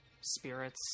spirits